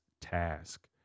task